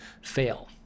fail